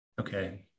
Okay